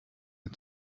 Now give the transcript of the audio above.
had